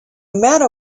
matter